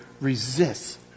resists